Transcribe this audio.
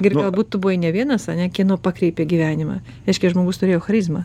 ir galbūt tu buvai ne vienas ar ne kieno pakreipė gyvenimą reiškia žmogus turėjo charizmą